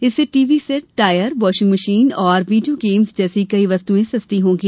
इससे TV set tyre और video games जैसी कई वस्तुएं सस्ती होंगी